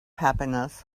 happiness